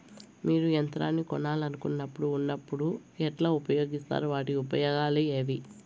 మీరు యంత్రాన్ని కొనాలన్నప్పుడు ఉన్నప్పుడు ఎట్లా ఉపయోగిస్తారు వాటి ఉపయోగాలు ఏవి?